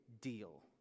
deal